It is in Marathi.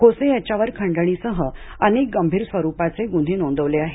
खोसे याच्यावर खंडणीसह अनेक गभीर स्वरुपाचे गुन्हे नोंद आहेत